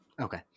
Okay